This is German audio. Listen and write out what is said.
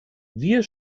wir